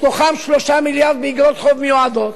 מתוכם 3 מיליארד באיגרות חוב מיועדות.